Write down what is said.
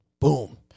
Boom